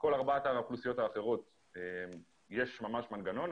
לגבי כל ארבע האוכלוסיות האחרות יש ממש מנגנון,